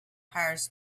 hires